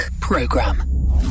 Program